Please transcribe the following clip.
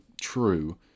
true